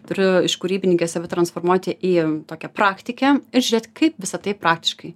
turiu iš kūrybininkės save transformuoti į tokią praktikę ir žiūrėti kaip visa tai praktiškai